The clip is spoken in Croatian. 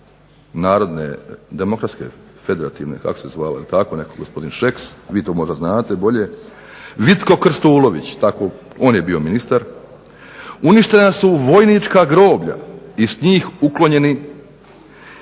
narodne demokratske federativne, kako se zvala, tako nekako gospodine Šeks, vi to možda znate bolje, Vicko Krstulović, on je bio ministar, uništena su vojnička groblja i s njih uklonjeni